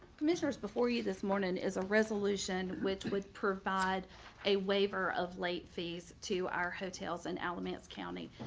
commissioners before you this morning is a resolution which would provide a waiver of late fees to our hotels and alamance. county.